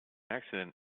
accident